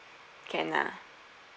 can ah